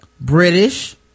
British